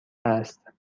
است